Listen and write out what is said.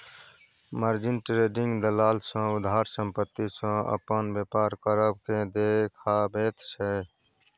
margin trading दलाल सँ उधार संपत्ति सँ अपन बेपार करब केँ देखाबैत छै